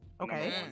okay